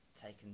taken